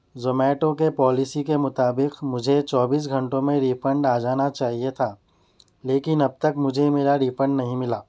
Zomato کے policy کے مطابق مجھے چوبیس گھنٹوں میں ریفنڈ آ جانا چاہیے تھا لیکن اب تک مجھے میرا ریفن نہیں ملا